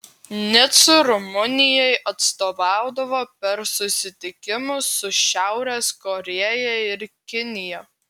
nicu rumunijai atstovaudavo per susitikimus su šiaurės korėja ir kinija